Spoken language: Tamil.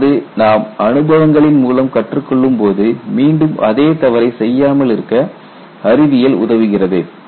அதாவது நாம் அனுபவங்களின் மூலம் கற்றுக்கொள்ளும் போது மீண்டும் அதே தவறை செய்யாமல் இருக்க அறிவியல் உதவுகிறது